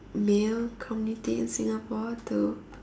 male community in Singapore to